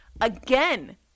Again